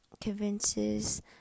convinces